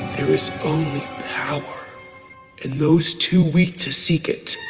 there is only power and those too weak to seek it.